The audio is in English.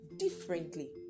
differently